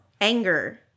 anger